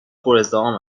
پرازدحام